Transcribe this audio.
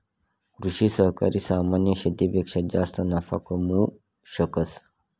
कृषि सहकारी सामान्य शेतीपेक्षा जास्त नफा कमावू शकस